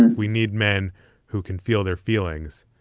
and we need men who can feel their feelings,